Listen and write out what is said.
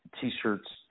T-shirts